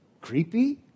creepy